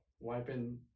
Wiping